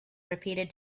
repeated